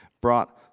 brought